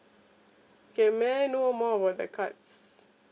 okay may I know more about the cards